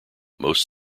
most